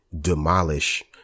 demolish